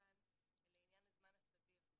הזמן הסביר.